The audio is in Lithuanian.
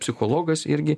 psichologas irgi